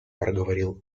проговорил